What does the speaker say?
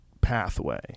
pathway